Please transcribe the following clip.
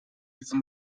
diese